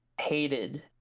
hated